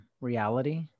reality